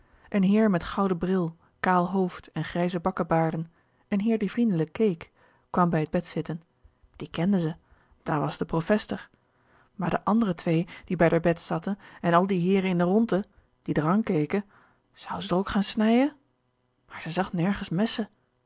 een heer met gouden bril kaal hoofd en grijze bakkebaarden een heer die vriendelijk keek kwam bij het bed zitten die kende ze da was de prof ester maar de andere twee die bij d'r bed zatte en al die heere in de rondte die d'r ankeke zoue ze d'r ook gaan snije maar ze zag nergens messe